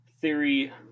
Theory